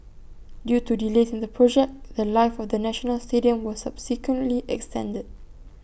due to delays in the project The Life of the national stadium was subsequently extended